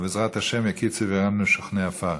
שבעזרת השם יקיצו וירננו שוכני עפר.